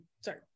sorry